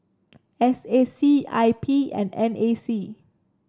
S A C I P and N A C